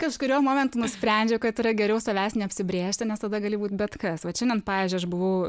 kažkuriuo momentu nusprendžiau kad yra geriau savęs neapsibrėžti nes tada gali būt bet kas vat šiandien pavyzdžiui aš buvau